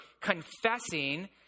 confessing